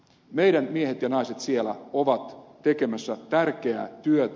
meidän miehemme ja naisemme siellä ovat tekemässä tärkeää työtä